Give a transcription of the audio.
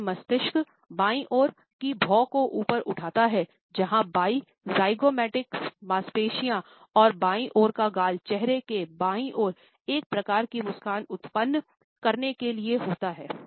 दायाँ मस्तिष्क बाईं ओर की भौं को ऊपर उठाता है जहाँ बाईं जाइगोमैटिकस मांसपेशियाँ और बाईं ओर का गाल चेहरे के बाईं ओर एक प्रकार की मुस्कान उत्पन्न करने के लिए होता है